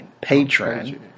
Patron